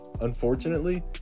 Unfortunately